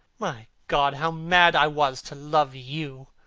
my god! how mad i was to love you!